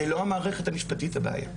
זו לא המערכת המשפטית הבעיה.